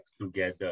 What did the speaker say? together